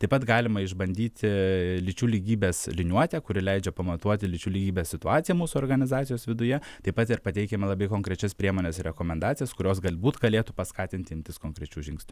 taip pat galima išbandyti lyčių lygybės liniuotę kuri leidžia pamatuoti lyčių lygybės situaciją mūsų organizacijos viduje taip pat ir pateikiam labai konkrečias priemones ir rekomendacijas kurios galbūt galėtų paskatinti imtis konkrečių žingsnių